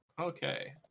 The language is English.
Okay